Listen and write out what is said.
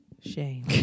Shame